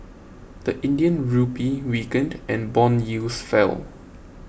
the Indian Rupee weakened and bond yields fell